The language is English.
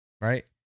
right